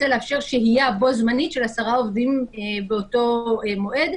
לאפשר שהייה בו זמנית של עשרה עובדים באותו מועד.